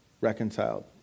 reconciled